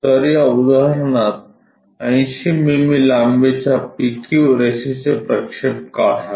तर या उदाहरणात 80 मिमी लांबीच्या PQ रेषेचे प्रक्षेप काढा